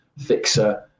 fixer